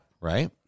Right